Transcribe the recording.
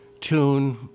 Tune